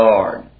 Lord